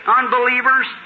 unbelievers